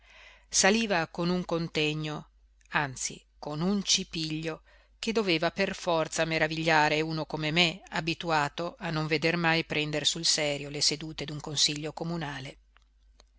saliva con un contegno anzi con un cipiglio che doveva per forza meravigliare uno come me abituato a non vedere mai prendere sul serio le sedute d'un consiglio comunale